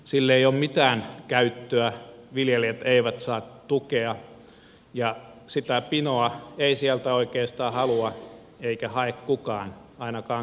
sille ei ole mitään käyttöä viljelijät eivät saa tukea ja sitä pinoa ei sieltä oikeastaan halua eikä hae kukaan ainakaan kunnollisella hinnalla